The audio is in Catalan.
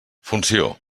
funció